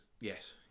yes